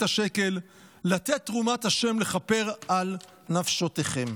השקל לתת את תרומת ה' לכפר על נפשֹתיכם".